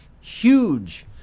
huge